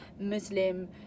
muslim